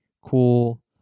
cool